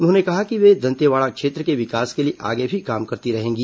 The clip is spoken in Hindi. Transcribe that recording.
उन्होंने कहा कि वे दंतेवाड़ा क्षेत्र के विकास के लिए आगे भी काम करती रहेंगी